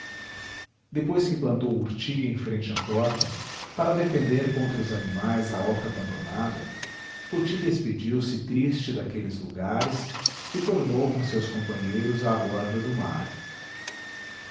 depois que plantou urtiga em frente à porta para defender contra os animais a oca abandonada poti despediu-se triste daqueles lugares e tornou com seus companheiros à borda do mar